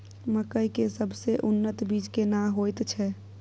मकई के सबसे उन्नत बीज केना होयत छै?